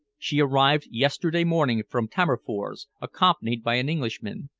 she arrived yesterday morning from tammerfors accompanied by an englishman.